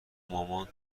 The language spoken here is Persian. مامان